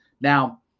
Now